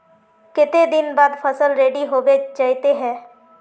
केते दिन बाद फसल रेडी होबे जयते है?